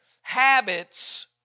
habits